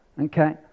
Okay